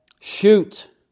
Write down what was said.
shoot